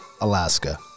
Alaska